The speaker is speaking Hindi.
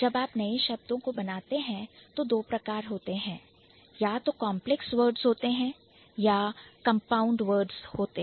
जब आप नए शब्द बनाते हैं तो दो प्रकार होते हैं या तो Complex Words कांप्लेक्स वर्ड्स होते है या Compound Words कंपाउंड वर्ड्स होते है